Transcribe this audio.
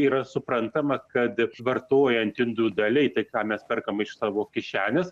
yra suprantama kad vartojant individualiai tai ką mes perkam iš savo kišenės